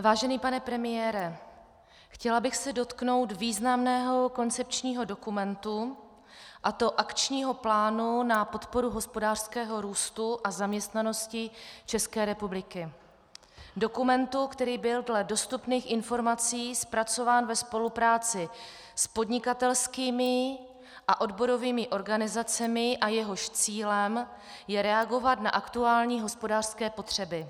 Vážený pane premiére, chtěla bych se dotknout významného koncepčního dokumentu, Akčního plánu na podporu hospodářského růstu a zaměstnanosti České republiky, dokumentu, který byl dle dostupných informací zpracován ve spolupráci s podnikatelskými a odborovými organizacemi a jehož cílem je reagovat na aktuální hospodářské potřeby.